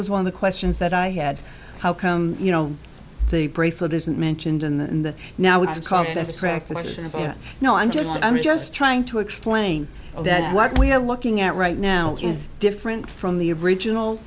was one of the questions that i had how come you know the bracelet isn't mentioned in the now it's called as a practice and you know i'm just i'm just trying to explain that what we're looking at right now is different from the original